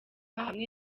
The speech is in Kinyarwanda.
hamwe